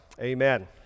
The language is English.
amen